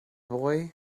boy